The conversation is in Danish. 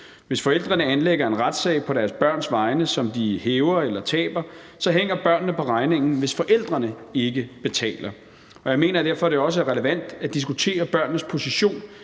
Hvis forældrene anlægger en retssag på deres børns vegne, som de hæver eller taber, så hænger børnene på regningen, hvis forældrene ikke betaler. Jeg mener, at det derfor også er relevant at diskutere børnenes position